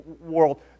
world